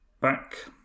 back